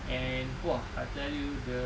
and !wah! I tell you the